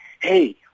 Hey